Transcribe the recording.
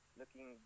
looking